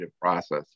process